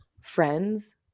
friends